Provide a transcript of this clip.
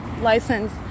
License